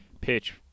pitch